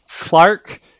Clark